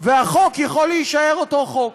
והחוק יכול להישאר אותו חוק.